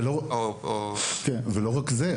לא רק זה.